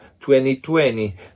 2020